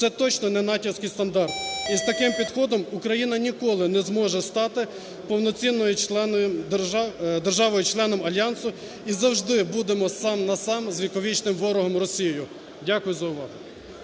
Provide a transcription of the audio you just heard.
Це точно не натівські стандарти. І з таким підходом Україна ніколи не зможе стати повноцінною державою – членом Альянсу, і завжди будемо сам на сам з віковічним ворогом Росією. Дякую за увагу.